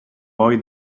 boi